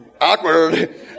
awkward